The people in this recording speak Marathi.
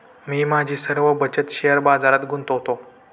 मी माझी सर्व बचत शेअर बाजारात गुंतवतो